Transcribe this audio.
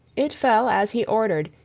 it fell, as he ordered,